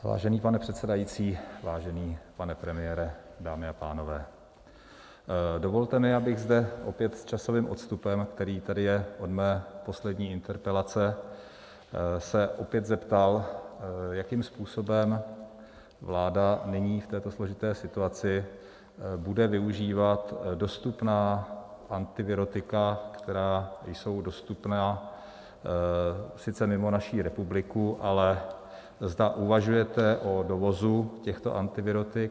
Vážený pane předsedající, vážený pane premiére, dámy a pánové, dovolte mi bych, zde opět s časovým odstupem, který tady je od mé poslední interpelace, se opět zeptal, jakým způsobem vláda nyní v této složité situaci bude využívat dostupná antivirotika, která jsou dostupná sice mimo naši republiku, ale zda uvažujete o dovozu těchto antivirotik.